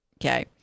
Okay